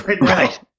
right